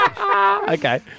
Okay